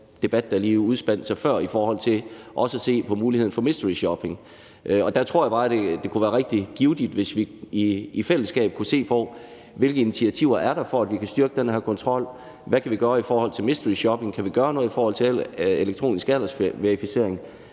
der lige udspandt sig før, om at se på muligheden for mysteryshopping. Der tror jeg bare, at det kunne være rigtig givtigt, hvis vi i fællesskab kunne se på, hvilke initiativer der er for at styrke den her kontrol, hvad vi kan gøre i forhold til mysteryshopping, hvad vi kan gøre i forhold til elektronisk aldersverificering,